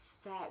Fat